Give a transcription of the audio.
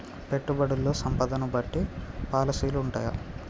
పెట్టుబడుల్లో సంపదను బట్టి పాలసీలు ఉంటయా?